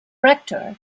rector